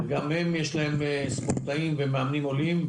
וגם הם יש להם ספורטאים ומאמנים עולים,